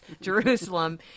Jerusalem